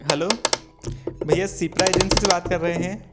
hello भैया Shipra agency से बात कर रहें हैं